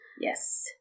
Yes